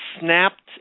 snapped